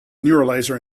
neuralizer